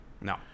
No